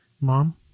Mom